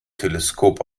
teleskop